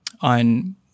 on